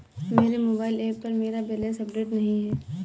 मेरे mobile app पर मेरा बैलेंस अपडेट नहीं है